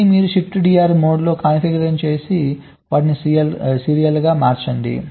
మళ్ళీ మీరు ShiftDR మోడ్లో కాన్ఫిగర్ చేసి వాటిని సీరియల్గా మార్చండి